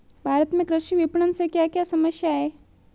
भारत में कृषि विपणन से क्या क्या समस्या हैं?